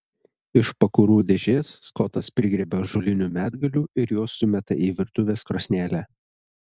iš pakurų dėžės skotas prigriebia ąžuolinių medgalių ir juos sumeta į virtuvės krosnelę